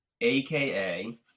aka